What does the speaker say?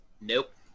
nope